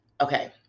okay